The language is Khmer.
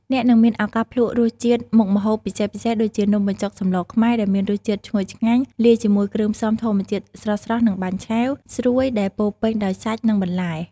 អ្នកនឹងមានឱកាសភ្លក្សរសជាតិមុខម្ហូបពិសេសៗដូចជា នំបញ្ចុកសម្លរខ្មែរ ដែលមានរសជាតិឈ្ងុយឆ្ងាញ់ លាយជាមួយគ្រឿងផ្សំធម្មជាតិស្រស់ៗ និង បាញ់ឆែវ ស្រួយដែលពោរពេញដោយសាច់ និងបន្លែ។